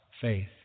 faith